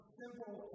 simple